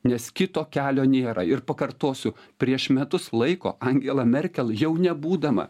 nes kito kelio nėra ir pakartosiu prieš metus laiko angela merkel jau nebūdama